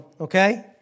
okay